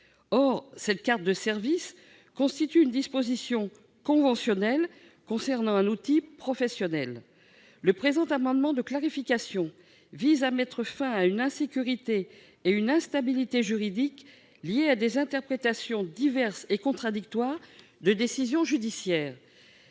Or la carte de service constitue une disposition conventionnelle concernant un outil professionnel. Le présent amendement de clarification vise à mettre fin à une insécurité et à une instabilité juridiques liées à des interprétations diverses et contradictoires de décisions judiciaires.